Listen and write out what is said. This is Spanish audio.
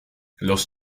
los